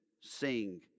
sing